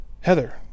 Heather